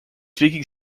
speaking